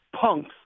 punks